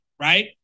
Right